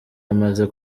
amaze